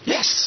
Yes